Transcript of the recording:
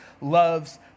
loves